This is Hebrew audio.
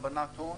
הלבנת הון.